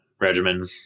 regimen